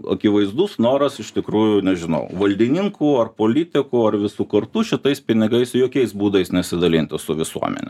akivaizdus noras iš tikrųjų nežinau valdininkų ar politikų ar visų kurtu šitais pinigais jokiais būdais nesidalinti su visuomene